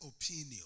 opinion